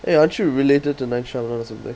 eh aren't you related to night shyamalan or something